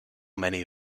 many